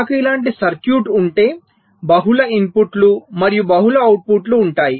నాకు ఇలాంటి సర్క్యూట్ ఉంటే బహుళ ఇన్పుట్లు మరియు బహుళ అవుట్పుట్లు ఉంటాయి